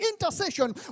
intercession